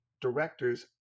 directors